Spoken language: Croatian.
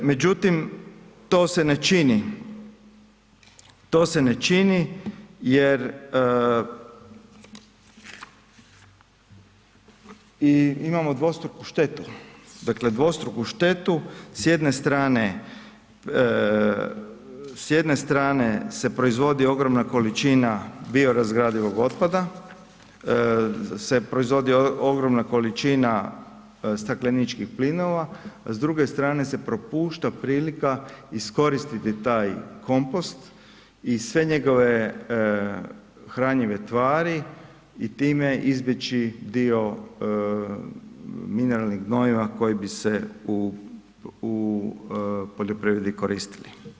Međutim to se ne čini, to se ne čini jer imamo dvostruku štetu, dakle dvostruku štetu, s jedne strane se proizvodi ogromna količina biorazgradivog otpada se proizvodi ogromna količina stakleničkih plinova a s druge strane se propušta prilika iskoristiti taj kompost i sve njegove hranjive tvari i time izbjeći dio mineralnih gnojiva koji bi se u poljoprivredi koristili.